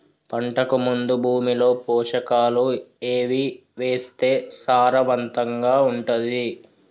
పంటకు ముందు భూమిలో పోషకాలు ఏవి వేస్తే సారవంతంగా ఉంటది?